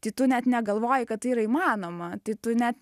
tai tu net negalvoji kad tai yra įmanoma tai tu net